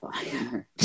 fire